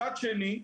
מצד שני,